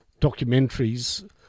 documentaries